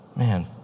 man